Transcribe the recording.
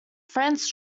france